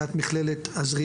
גם בנושא של סיעוד,